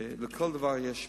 שלכל דבר יש מחיר.